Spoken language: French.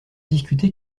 discuter